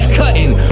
cutting